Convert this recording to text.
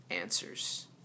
answers